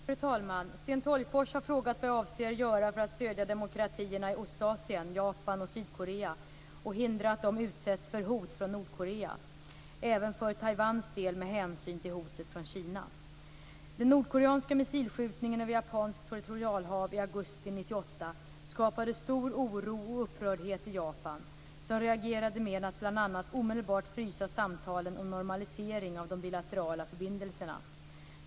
Fru talman! Sten Tolgfors har frågat vad jag avser göra för att stödja demokratierna i Ostasien, Japan och Sydkorea, och hindra att de utsätts för hot från Nordkorea. Det gäller även, för Taiwans del, med hänsyn till hotet från Kina. Den nordkoreanska missilskjutningen över japanskt territorialhav i augusti 1998 skapade stor oro och upprördhet i Japan, som reagerade med att bl.a. omedelbart frysa samtalen om normalisering av de bilaterala förbindelserna.